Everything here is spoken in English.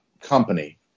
company